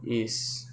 is